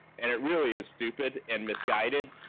and it really is stupid and misguided,